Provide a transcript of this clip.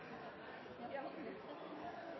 Men Senterpartiet er for